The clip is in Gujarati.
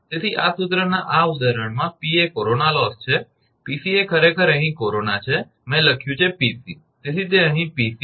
તેથી આ સૂત્રના આ ઉદાહરણમાં 𝑃 એ કોરોના લોસ છે 𝑃𝑐 એ ખરેખર અહીં કોરોના છે મેં લખ્યું છે 𝑃𝑐 તેથી તે અહીં છે 𝑃𝑐